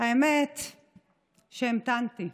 האמת שהמתנתי,